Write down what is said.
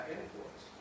influence